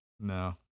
No